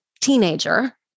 teenager